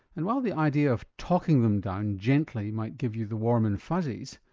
and while the idea of talking them down gently might give you the warm and fuzzies,